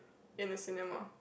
in a cinema